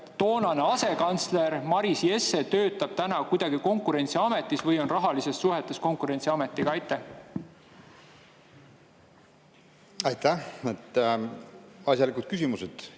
toonane asekantsler Maris Jesse töötab täna Konkurentsiametis või on rahalistes suhetes Konkurentsiametiga? Aitäh! Asjalikud küsimused.